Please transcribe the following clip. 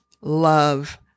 love